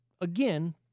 again